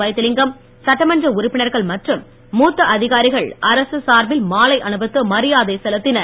வைத்திலிங்கம் சட்டமன்ற உறுப்பினர்கள் மற்றும் மூத்த அதிகாரிகள் அரசு சார்பில் மாலை அணிவித்து மரியாதை செலுத்தினர்